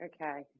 Okay